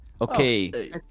Okay